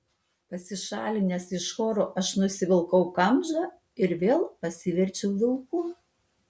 pasišalinęs iš choro aš nusivilkau kamžą ir vėl pasiverčiau vilku